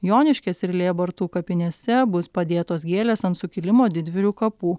joniškės ir lėbartų kapinėse bus padėtos gėlės ant sukilimo didvyrių kapų